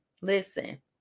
Listen